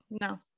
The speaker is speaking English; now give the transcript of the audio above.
No